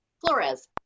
Flores